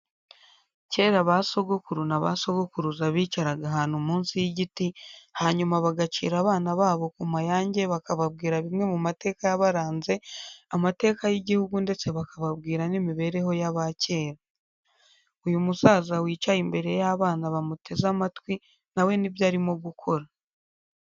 Kera ba sogokuru na basogokuruza bicaraga ahantu munsi y'igiti hanyuma bagacira abana babo ku mayange bakababwira bimwe mu mateka yabaranze, amateka y'igihugu ndetse bakababwira n'imibereho y'abakera. Uyu musaza wicaye imbere y'abana bamuteze amatwi nawe nibyo arimo gukora.